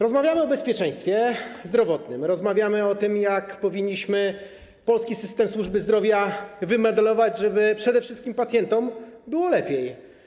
Rozmawiamy o bezpieczeństwie zdrowotnym, rozmawiamy o tym, jak powinniśmy polski system służby zdrowia wymodelować, żeby przede wszystkim pacjentom było lepiej.